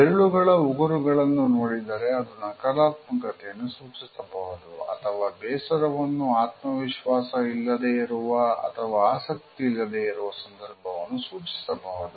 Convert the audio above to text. ಬೆರಳುಗಳ ಉಗುರುಗಳನ್ನು ನೋಡಿದರೆ ಅದು ನಕಾರಾತ್ಮಕತೆಯನ್ನು ಸೂಚಿಸಬಹುದು ಅಥವಾ ಬೇಸರವನ್ನು ಆತ್ಮವಿಶ್ವಾಸ ಇಲ್ಲದೆ ಇರುವ ಅಥವಾ ಆಸಕ್ತಿ ಇಲ್ಲದೆ ಇರುವ ಸಂದರ್ಭವನ್ನು ಸೂಚಿಸಬಹುದು